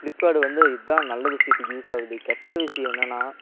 Flipkart வந்து இதுதான் நல்ல விஷயத்துக்கு யூஸ் ஆகுது கெட்ட விஷயம் என்னென்னா